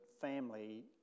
family